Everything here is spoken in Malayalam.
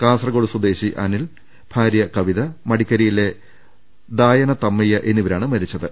കാസർകോട് സ്വദേശി അനിൽ ഭാര്യ കവിത മടിക്കേരിയിലെ ദായന തമ്മയ്യ എന്നിവരാണ് മരിച്ചത്